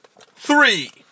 three